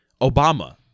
Obama